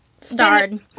Starred